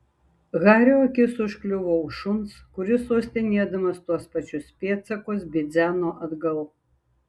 hario akis užkliuvo už šuns kuris uostinėdamas tuos pačius pėdsakus bidzeno atgal